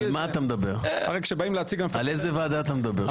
על איזה ועדה אתה מדבר?